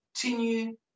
continue